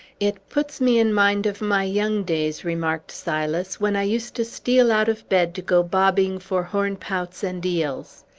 it puts me in mind of my young days, remarked silas, when i used to steal out of bed to go bobbing for hornpouts and eels.